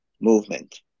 movement